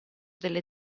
delle